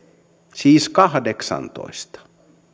siis kahdeksantoista